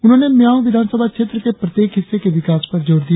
उन्होंने मिआओ विधानसभा क्षेत्र के प्रत्येक हिस्से के विकास पर जोर दिया